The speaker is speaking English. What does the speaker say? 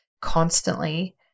constantly